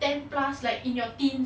ten plus like in your teens